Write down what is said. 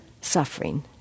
suffering